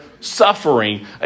suffering